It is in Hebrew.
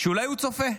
אולי הוא צופה,